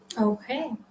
Okay